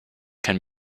can